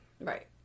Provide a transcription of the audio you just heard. Right